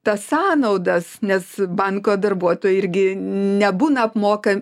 tas sąnaudas nes banko darbuotojai irgi nebūna apmoka